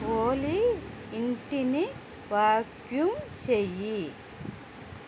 ఓలీ ఇంటిని వాక్యూమ్ చెయ్యి